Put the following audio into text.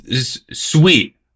sweet